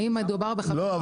האם מדובר ב- -- לא,